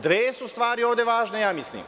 Dve su stvari ovde važne, ja mislim.